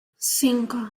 cinco